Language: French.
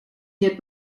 n’est